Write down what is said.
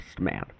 man